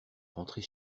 rentrer